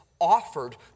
offered